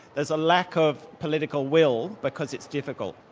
there's a lack of political will because it's difficult.